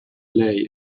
lei